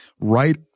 right